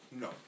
No